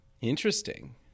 Interesting